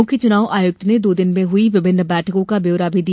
मुख्य चुनाव आयुक्त ने दो दिन में हुई विभिन्न बैठकों का ब्यौरा भी दिया